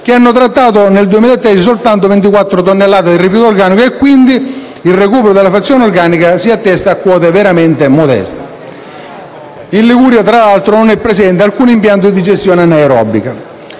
che hanno trattato nel 2013 soltanto 24 tonnellate di rifiuto organico, quindi il recupero della frazione organica si attesta a quote veramente modeste. In Liguria, peraltro, non è presente alcun impianto di digestione anaerobica.